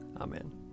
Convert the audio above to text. Amen